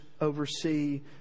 oversee